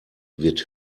wird